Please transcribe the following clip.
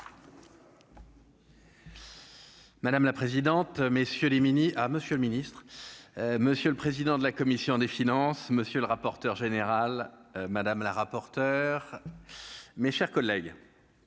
monsieur le Ministre, monsieur le président de la commission des finances, monsieur le rapporteur général madame la rapporteure, mes chers collègues,